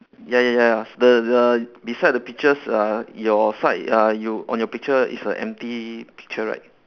ya ya ya s~ the the beside the peaches uh your side uh you on your picture is a empty picture right